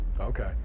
Okay